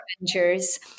adventures